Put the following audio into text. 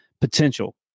potential